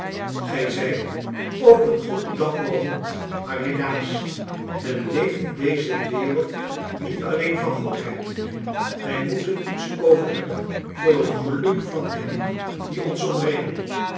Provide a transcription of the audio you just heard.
gij zijt ook een goede dappere hond maar helaas men leeft in deze wereld niet alleen van goedheid wij moeten iets overhebben voor het geluk van hen die ons omringen